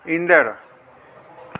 ईंदड़ु